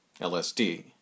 LSD